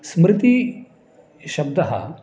स्मृतिशब्दः